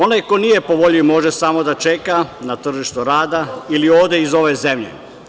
Onaj ko nije po volji može samo da čeka na tržištu rada ili ode iz ove zemlje.